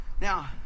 Now